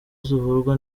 zivurwa